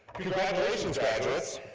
congratulations graduates.